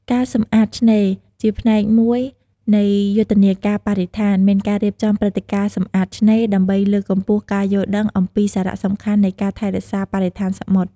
ការសម្អាតឆ្នេរ ជាផ្នែកមួយនៃយុទ្ធនាការបរិស្ថាន មានការរៀបចំព្រឹត្តិការណ៍សម្អាតឆ្នេរ ដើម្បីលើកកម្ពស់ការយល់ដឹងអំពីសារៈសំខាន់នៃការថែរក្សាបរិស្ថានសមុទ្រ។